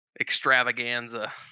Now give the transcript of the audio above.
extravaganza